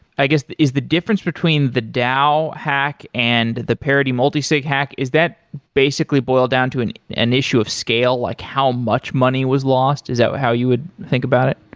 i guess is the difference between the dao hack and the parody multisig hack, is that basically boil down to an an issue of scale, like how much money was lost? is that how you would think about it?